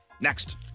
Next